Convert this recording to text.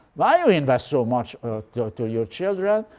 why you invest so much to your children?